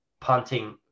punting